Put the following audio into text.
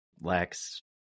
lacks